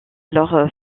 alors